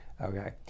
okay